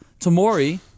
Tamori